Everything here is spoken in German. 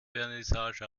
vernissage